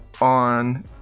on